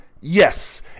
Yes